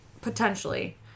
potentially